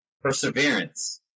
Perseverance